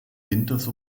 winters